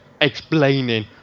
explaining